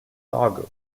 lago